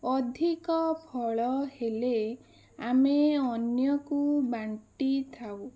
ଅଧିକ ଫଳ ହେଲେ ଆମେ ଅନ୍ୟକୁ ବାଣ୍ଟି ଥାଉ